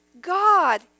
God